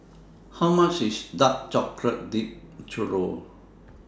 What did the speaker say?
How much IS Dark Chocolate Dipped Churro